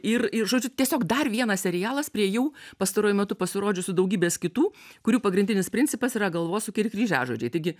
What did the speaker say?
ir ir žodžiu tiesiog dar vienas serialas prie jau pastaruoju metu pasirodžiusių daugybės kitų kurių pagrindinis principas yra galvosūkiai ir kryžiažodžiai taigi